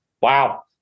wow